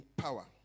power